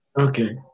Okay